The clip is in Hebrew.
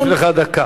אני מוסיף לך דקה.